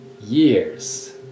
Years